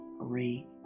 three